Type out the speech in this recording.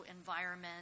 environment